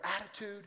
attitude